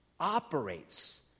Operates